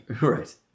Right